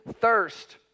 thirst